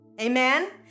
Amen